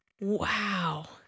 Wow